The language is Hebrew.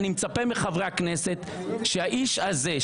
אני מצפה מחברי הכנסת שהאיש הזה,